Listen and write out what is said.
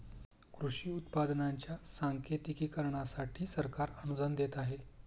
कृषी उत्पादनांच्या सांकेतिकीकरणासाठी सरकार अनुदान देत आहे